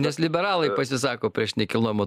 nes liberalai pasisako prieš nekilnojamo